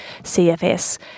CFS